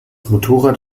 motorrad